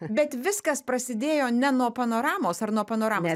bet viskas prasidėjo ne nuo panoramos ar nuo panoramos